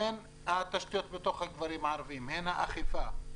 הן התשתיות בתוך הכפרים הערביים, הן האכיפה.